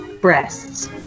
Breasts